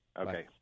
Okay